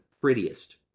prettiest